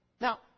Now